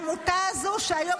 עמותה 48'